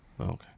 Okay